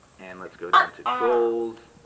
and let's go down to goals.